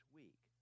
week